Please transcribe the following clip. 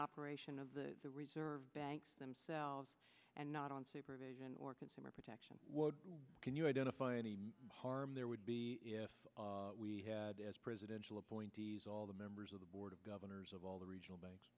operation of the reserve banks themselves and not on supervision or consumer protection can you identify any harm there would be if we had as presidential appointees all the members of the board of governors of all the regional banks